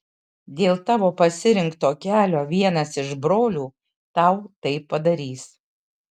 dėl tavo pasirinkto kelio vienas iš brolių tau taip padarys